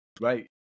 Right